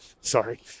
sorry